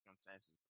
circumstances